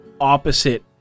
opposite